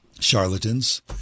Charlatans